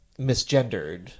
misgendered